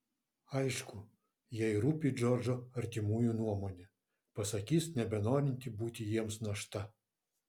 aišku jai rūpi džordžo artimųjų nuomonė pasakys nebenorinti būti jiems našta